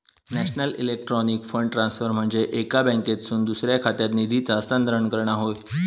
national electronic fund transfer म्हनजे एका बँकेतसून दुसऱ्या खात्यात निधीचा हस्तांतरण करणा होय